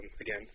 again